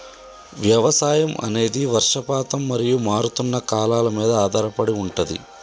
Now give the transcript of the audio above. వ్యవసాయం అనేది వర్షపాతం మరియు మారుతున్న కాలాల మీద ఆధారపడి ఉంటది